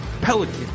Pelican